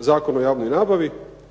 Zakon o javnoj nabavi,